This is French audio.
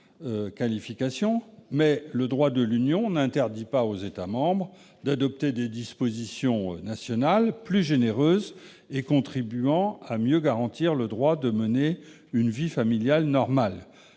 le droit de l'Union européenne n'interdit pas aux États membres d'adopter des dispositions nationales plus généreuses et contribuant à mieux garantir le droit de mener une vie familiale normale.